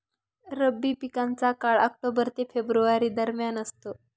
रब्बी पिकांचा काळ ऑक्टोबर ते फेब्रुवारी दरम्यान असतो